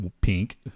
pink